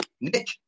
Nick